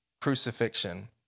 crucifixion